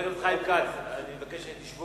חבר הכנסת חיים כץ, אני מבקש שתשבו.